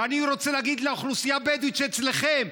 ואני רוצה להגיד שלאוכלוסייה הבדואית שאצלכם,